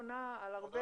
היא עונה על הרבה